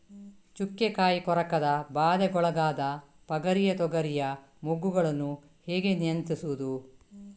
ಚುಕ್ಕೆ ಕಾಯಿ ಕೊರಕದ ಬಾಧೆಗೊಳಗಾದ ಪಗರಿಯ ತೊಗರಿಯ ಮೊಗ್ಗುಗಳನ್ನು ಹೇಗೆ ನಿಯಂತ್ರಿಸುವುದು?